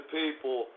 people